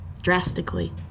drastically